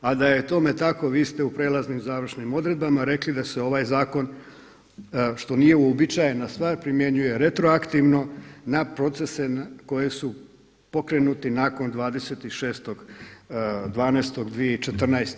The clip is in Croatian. A da je tome tako vi ste u prijelaznim i završnim odredbama rekli da se ovaj zakon, što nije uobičajena stvar, primjenjuje retroaktivno na procese koji su pokrenuti nakon 26.12.2014.